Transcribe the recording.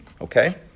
okay